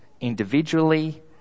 individually